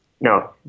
No